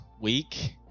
Week